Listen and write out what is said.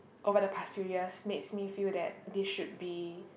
over the past few years makes me feel that this should be